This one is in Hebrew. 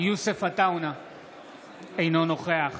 אינו נוכח